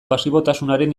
pasibotasunaren